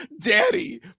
Daddy